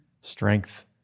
Strength